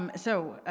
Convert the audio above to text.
um so,